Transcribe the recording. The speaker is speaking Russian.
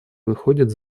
выходит